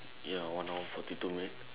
ya one hour forty two minute